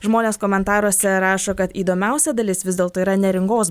žmonės komentaruose rašo kad įdomiausia dalis vis dėlto yra neringos